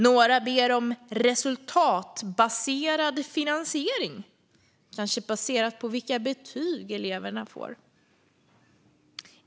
Några ber om resultatbaserad finansiering, kanske baserat på vilka betyg eleverna får.